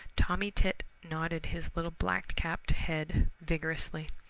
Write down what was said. tommy tit nodded his little black-capped head vigorously.